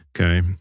Okay